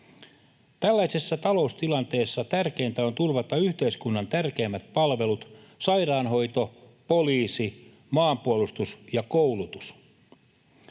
Tällaisessa taloustilanteessa tärkeintä on turvata yhteiskunnan tärkeimmät palvelut — sairaanhoito, poliisi, maanpuolustus ja koulutus.